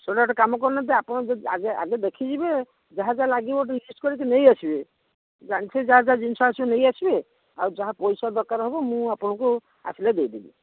ଶୁଣନ୍ତୁ ଆପଣ ଗୋଟେ କାମ କରୁନାହାଁନ୍ତି ଆପଣ ଆଗେ ଦେଖିଯିବେ ଯାହା ଯାହା ଲାଗିବ ଟିକିଏ ଲିଷ୍ଟ କରିକି ନେଇ ଆସିବେ ଜାଣିଥିବେ ଯାହା ଯାହା ଜିନିଷ ଆସିବ ନେଇ ଆସିବେ ଆଉ ଯାହା ପଇସା ଦରକାର ହେବ ମୁଁ ଆପଣଙ୍କୁ ଆସିଲେ ଦେଇ ଦେବି